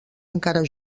encara